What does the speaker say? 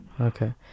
okay